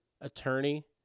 attorney